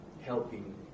helping